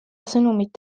sõnumit